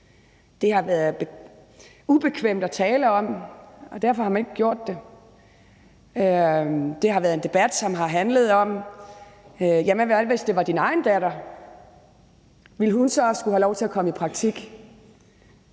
Det har været ubekvemt at tale om, og derfor har man ikke gjort det. Det har været en debat, hvor man har fået spørgsmål som: Hvad hvis det var din egen datter? Ville hun så også skulle have lov til at komme i praktik?